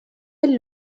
elle